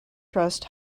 trust